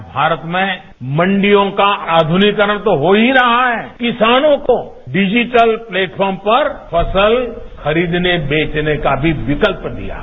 आज भारत में मंडियों का आध्रनिकीकरण तो हो ही रहा है किसानों को डिजीटल प्लेटफार्म पर फसल खरीदने बेचने का भी विकल्प मिला है